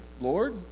Lord